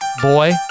boy